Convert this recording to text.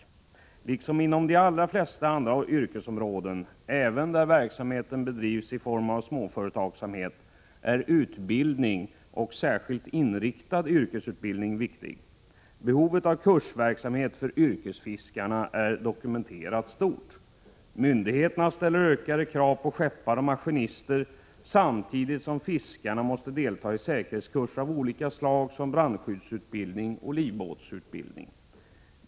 Liksom inom de allra flesta andra yrkesområden — även där verksamheten bedrivs i form av småföretagsamhet — är utbildning och särskilt inriktad yrkesutbildning viktig. Behovet av kursverksamhet för yrkesfiskarna är dokumenterat stort. Myndigheterna ställer ökade krav på skeppare och maskinister, samtidigt som fiskarna måste delta i säkerhetskurser av olika slag som brandskyddsutbildning och livbåtsutbildning.